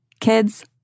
Kids